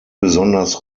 besonders